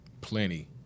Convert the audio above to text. Plenty